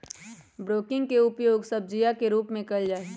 broccoli के उपयोग सब्जीया के रूप में कइल जाहई